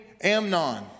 Amnon